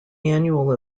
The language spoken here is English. annual